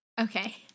Okay